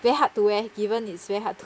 very hard to wear given it's very hard to